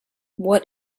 what